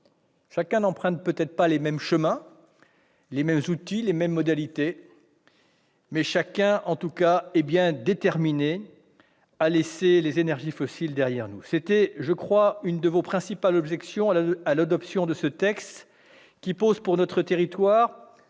Chacun n'emprunte peut-être pas les mêmes chemins, les mêmes outils, les mêmes modalités, mais nous sommes tous déterminés à laisser les énergies fossiles derrière nous. C'était, je crois, l'une de vos principales objections à l'adoption de ce texte, qui pose une interdiction